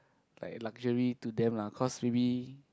like luxury to them lah cause maybe